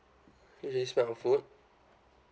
usually spend on food